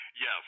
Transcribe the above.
Yes